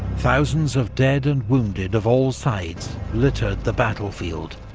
thousands of dead and wounded of all sides littered the battlefield,